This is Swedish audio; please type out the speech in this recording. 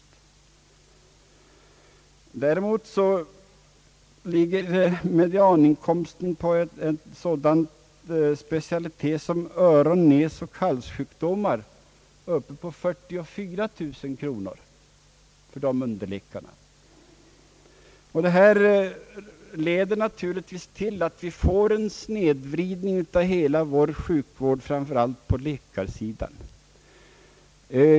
Medianinkomsten för en underläkare med en specialitet som öron-, näs och halssjukdomar ligger på 44 000 kronor per år. Detta leder naturligtvis till att vi får en snedvridning av hela vår sjukvård, framför allt på läkarsidan.